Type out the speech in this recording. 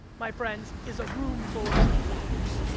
my friends, is a room full of transactors,